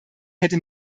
hätte